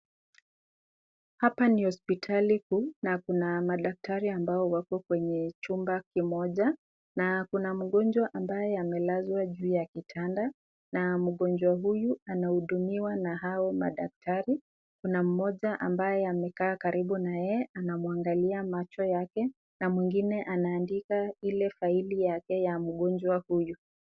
Hapa ni hospitalini kuu na kuna madaktari ambao wako kwenye chumba kimoja na kuna mgonjwa ambaye amelaswa juu ya kitanda, na mgonjwa huyu anahudumiwa na hawa madaktari, kuna moja ambaye ye amekaa karibu na yeye anamwangalia macho yake na mwingine anaandika hilo faeli yake ya mgonjwa huyu.